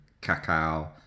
cacao